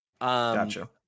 gotcha